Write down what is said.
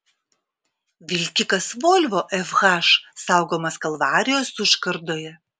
vilkikas volvo fh saugomas kalvarijos užkardoje